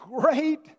great